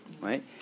right